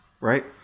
right